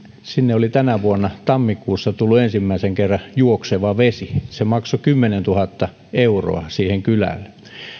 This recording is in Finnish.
sinne oli tänä vuonna tammikuussa tullut ensimmäisen kerran juokseva vesi se maksoi kymmenentuhatta euroa siihen kylään